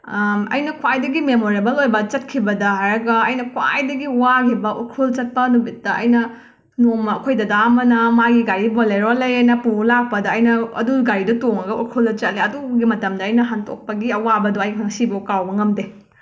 ꯑꯩꯅ ꯈ꯭ꯋꯥꯏꯗꯒꯤ ꯃꯦꯃꯣꯔꯦꯕꯜ ꯑꯣꯏꯕ ꯆꯠꯈꯤꯕꯗ ꯍꯥꯏꯔꯒ ꯑꯩꯅ ꯈ꯭ꯋꯥꯏꯗꯒꯤ ꯋꯥꯒꯤꯕ ꯎꯈ꯭ꯔꯨꯜ ꯆꯠꯄ ꯅꯨꯃꯤꯠꯇ ꯑꯩꯅ ꯅꯣꯡꯃ ꯑꯩꯈꯣꯏ ꯗꯗꯥ ꯑꯃꯅ ꯃꯥꯒꯤ ꯒꯥꯔꯤ ꯕꯣꯂꯦꯔꯣ ꯂꯩꯔꯦꯅ ꯄꯨꯔ ꯂꯥꯛꯄꯗ ꯑꯩꯅ ꯑꯗꯣ ꯒꯥꯔꯤꯗꯣ ꯇꯣꯡꯉꯒ ꯎꯈ꯭ꯔꯨꯜꯗ ꯆꯠꯂꯦ ꯑꯗꯨꯒꯤ ꯃꯇꯝꯗ ꯑꯩꯅ ꯍꯟꯇꯣꯛꯄꯒꯤ ꯑꯋꯥꯕꯗꯣ ꯑꯩ ꯉꯥꯁꯤꯐꯥꯎ ꯀꯥꯎꯕ ꯉꯝꯗꯦ